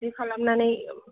बिदि खालामनानै